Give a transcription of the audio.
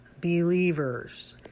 believers